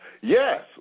Yes